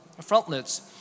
frontlets